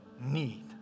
need